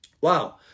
Wow